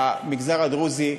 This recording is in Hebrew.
לגבי המגזר הדרוזי,